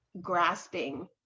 grasping